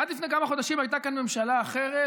עד לפני כמה חודשים הייתה כאן ממשלה אחרת,